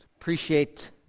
appreciate